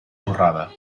torrada